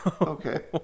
okay